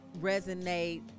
resonate